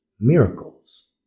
miracles